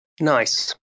Nice